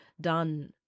done